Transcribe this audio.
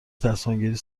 تصمیمگیری